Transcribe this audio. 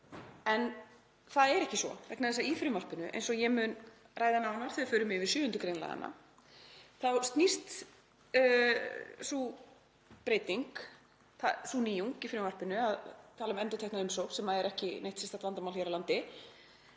En það er ekki svo vegna þess að í frumvarpinu, eins og ég mun ræða nánar þegar við förum yfir 7. gr. laganna, þá snýst sú breyting um það, sú nýjung í frumvarpinu að tala um endurtekna umsókn, sem er ekki neitt sérstakt vandamál hér á landi,